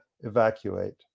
evacuate